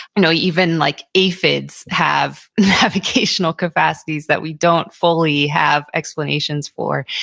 you know even like aphids have have occasional capacities that we don't fully have explanations for.